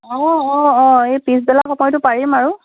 অঁ অঁ অঁ এই পিছবেলা সময়তো পাৰিম আৰু